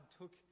took